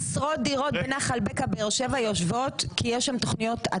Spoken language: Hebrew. עשרות דירות בנחל בקע באר שבע יושבות כי יש שם תוכניות.